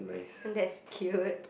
that's cute